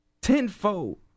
tenfold